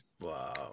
Wow